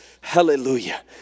hallelujah